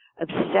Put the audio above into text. obsessed